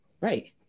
right